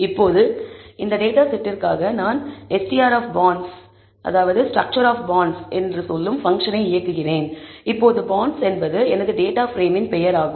இப்போது இந்த டேட்டா செட்டிற்காக நான் str ஸ்டரக்சர் ஆப் பாண்ட்ஸ் என்று சொல்லும் பங்க்ஷனை இயக்குகிறேன் இப்போது பாண்ட்ஸ் என்பது எனது டேட்டா பிரேமின் பெயர் ஆகும்